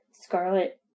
Scarlet